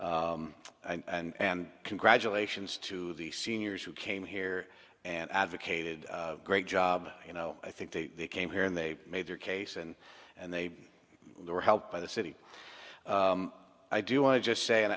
and congratulations to the seniors who came here and advocated great job you know i think they came here and they made their case and and they were helped by the city i do want to just say and